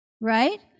right